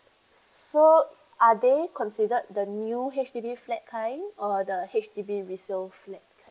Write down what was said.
so are they considered the new H_D_B flat kind or the H_D_B resale flat